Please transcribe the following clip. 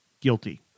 guilty